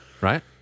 right